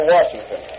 Washington